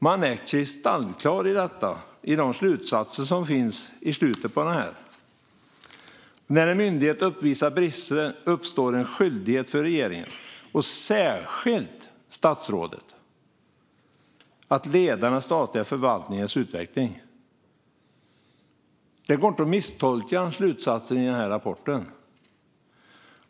Man är kristallklar med detta i de slutsatser som finns i slutet på uppsatsen: När en myndighet uppvisar brister uppstår en skyldighet för regeringen, och särskilt statsrådet, att leda den statliga förvaltningens utveckling. Det går inte att misstolka slutsatsen i rapporten.